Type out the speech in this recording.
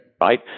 Right